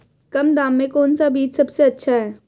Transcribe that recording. कम दाम में कौन सा बीज सबसे अच्छा है?